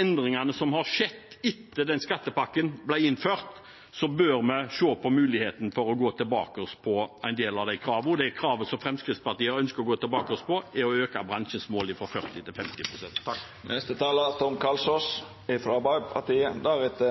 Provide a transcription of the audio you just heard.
endringene som har skjedd etter at den skattepakken ble innført, bør vi se på muligheten for å gå tilbake på en del av de kravene, og de kravene som Fremskrittspartiet ønsker å gå tilbake på, er å øke bransjens mål fra 40 til